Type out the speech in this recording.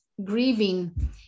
grieving